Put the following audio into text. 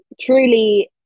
truly